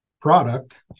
product